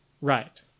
right